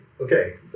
okay